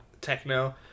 Techno